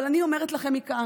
אבל אני אומרת לכם מכאן: